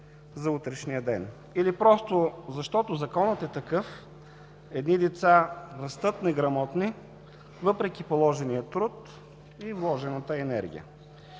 за утрешния ден, или просто защото Законът е такъв – едни деца растат неграмотни, въпреки положения труд и вложената енергия?!